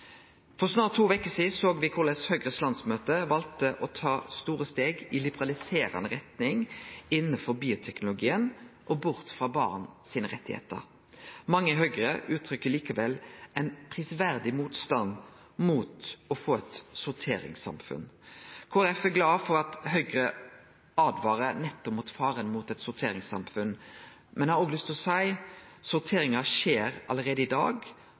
For snart to veker sidan såg vi korleis landsmøtet i Høgre valde å ta store steg i liberaliserande retning innanfor bioteknologien, og bort frå barns rettar. Mange i Høgre uttrykkjer likevel ein prisverdig motstand mot å få eit sorteringssamfunn. Kristeleg Folkeparti er glad for at Høgre åtvarar nettopp mot faren for eit sorteringssamfunn, men eg har òg lyst til å seie: Sorteringa skjer allereie i dag,